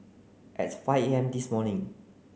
at five A M this morning